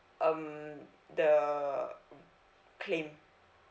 um the uh claim